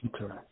Okay